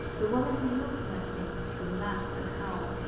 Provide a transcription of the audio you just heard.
the woman who looked like me would laugh and howl,